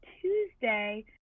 Tuesday